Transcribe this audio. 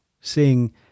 seeing